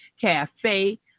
Cafe